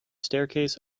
staircase